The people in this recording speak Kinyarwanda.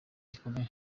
gikomeye